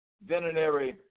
veterinary